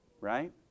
Right